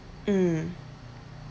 mm